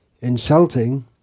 insulting